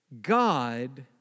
God